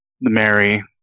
Mary